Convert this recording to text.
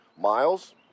miles